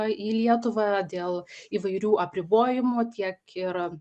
į lietuvą dėl įvairių apribojimų tiek ir